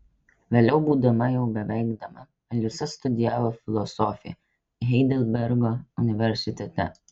vėliau būdama jau beveik dama alisa studijavo filosofiją heidelbergo universitete